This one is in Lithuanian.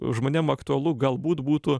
žmonėm aktualu galbūt būtų